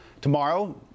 Tomorrow